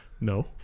No